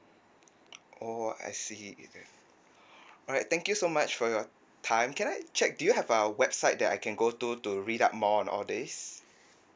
orh I see alright thank you so much for your time can I check do you have a website that I can go to to read up more on all these